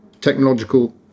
technological